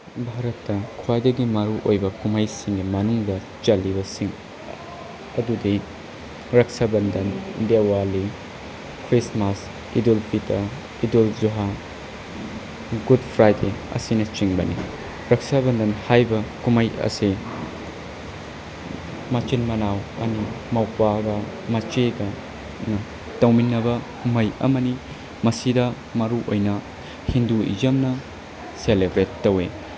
ꯚꯥꯔꯠꯇ ꯈ꯭ꯋꯥꯏꯗꯒꯤ ꯃꯔꯨꯑꯣꯏꯕ ꯀꯨꯝꯍꯩꯁꯤꯡꯒꯤ ꯃꯅꯨꯡꯗ ꯆꯜꯂꯤꯕꯁꯤꯡ ꯑꯗꯨꯗꯤ Raksha Bandhan Diwali Christmas Idul Fitr Idul Zuha good Friday ꯑꯁꯤꯅꯆꯤꯡꯕꯅꯤ ꯔꯛꯁꯥ ꯕꯟꯗꯟ ꯍꯥꯏꯕ ꯀꯨꯝꯍꯩ ꯑꯁꯦ ꯃꯆꯤꯟ ꯃꯅꯥꯎ ꯑꯅꯤ ꯃꯧꯄ꯭ꯋꯥꯒ ꯃꯆꯦꯒ ꯇꯧꯃꯤꯟꯅꯕ ꯀꯨꯝꯍꯩ ꯑꯃꯅꯤ ꯃꯁꯤꯗ ꯃꯔꯨꯑꯣꯏꯅ ꯍꯤꯟꯗꯨꯏꯖꯝꯅ ꯁꯦꯂꯦꯕ꯭ꯔꯦꯠ ꯇꯧꯏ